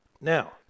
Now